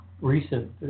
recent